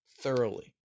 thoroughly